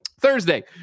Thursday